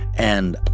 and,